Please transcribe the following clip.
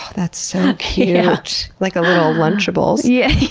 that's so cute. like a little lunchable. yeah!